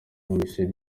michel